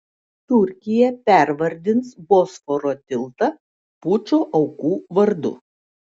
turkija pervardins bosforo tiltą pučo aukų vardu